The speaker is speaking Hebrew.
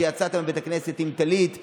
כשיצאת מבית הכנסת עם טלית בשבת,